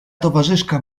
towarzyszka